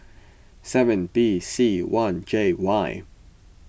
seven B C one J Y